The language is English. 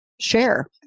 share